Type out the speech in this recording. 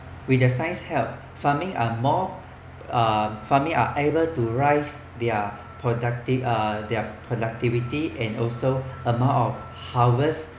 with the science help farming are more uh farming are able to raise their productive uh their productivity and also amount of harvest